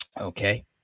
Okay